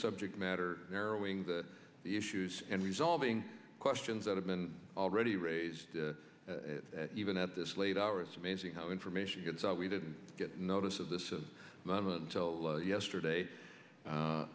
subject matter narrowing the issues and resolving questions that have been already raised even at this late hour it's amazing how information gets out we didn't get notice of this a moment yesterday